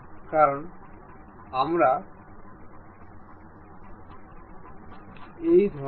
এবং দ্বিতীয় জিনিস আমাদের অন্য একটি কেন্দ্র লাইন মধ্য এক যোগদান করা যাক এবং যে এই বিন্দু মাধ্যমে পাস করা হয়